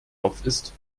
aufisst